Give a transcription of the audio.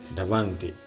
davanti